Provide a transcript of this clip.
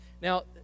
Now